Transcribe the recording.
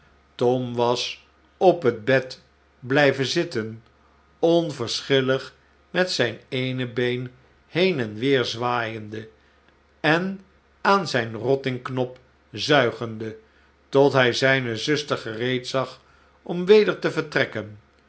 torn was op het bed blijven zitten onverschillig met zijn eene been heen en weer zwaaiende en aan zijn rottingknop zuigende tot hij zijne zuster gereed zag om weder te vertrekken